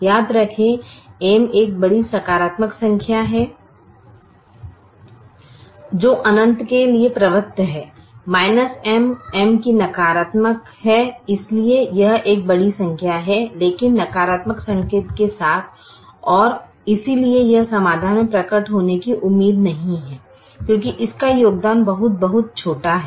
याद रखें M एक बड़ी सकारात्मक संख्या है जो अनंत के लिए प्रवृत्त है M M की नकारात्मक है इसलिए यह एक बड़ी संख्या है लेकिन एक नकारात्मक संकेत के साथ और इसलिए यह समाधान में प्रकट होने की उम्मीद नहीं है क्योंकि इसका योगदान बहुत बहुत छोटा है